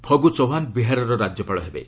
ଫଗୁ ଚୌହାନ୍ ବିହାରର ରାଜ୍ୟପାଳ ହେବେ